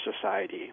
society